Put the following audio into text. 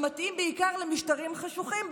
שמתאים בעיקר למשטרים חשוכים,